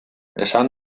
esan